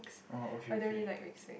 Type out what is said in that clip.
oh okay okay